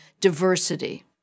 diversity